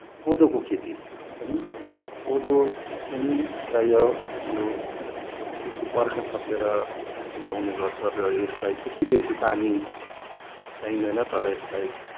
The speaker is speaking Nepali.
कोदोको खेती पनि हुन्छ अब कोदो पनि प्राय यो अलिकति बर्षा सकिएर लगाउने गर्छन् र यसलाई त्यत्ति बेसी पानी चाहिँदैन तर यसलाई